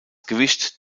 gewicht